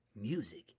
Music